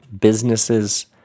businesses